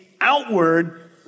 outward